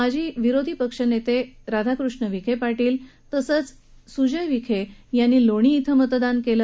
माजी विरोधी पक्षनेते राधाकृष्ण विखे पाटील आणि सुजय विखे यांनी लोणी इथं मतदान केलं